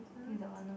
think is that one orh